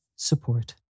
Support